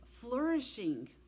flourishing